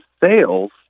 sales